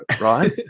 right